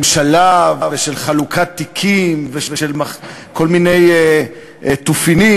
ממשלה ושל חלוקת תיקים ושל כל מיני תופינים,